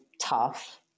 tough